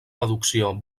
deducció